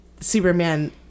Superman